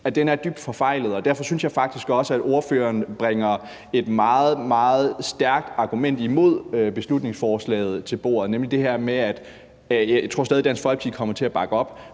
hinanden dybt forfejlet, og derfor synes jeg faktisk også, at ordføreren bringer et meget, meget stærkt argument imod beslutningsforslaget til bordet. Jeg tror stadig, at Dansk Folkeparti kommer til at bakke op,